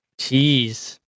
Jeez